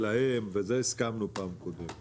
הסכמנו פעם קודמת